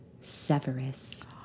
Severus